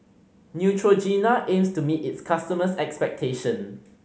Neutrogena aims to meet its customers' expectation